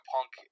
Punk